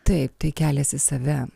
taip tai kelias į save